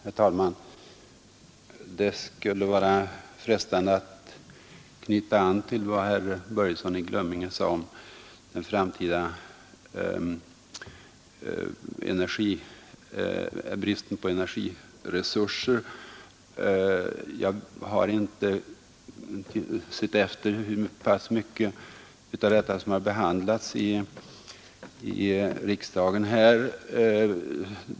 Herr talman! Det skulle vara frestande att knyta an till vad herr Börjesson i Glömminge sade om den framtida bristen på energiresurser. Jag har inte sett efter hur mycket av detta som har behandlats i riksdagen här tidigare.